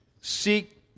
Seek